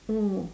mm